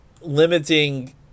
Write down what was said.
limiting –